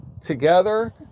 together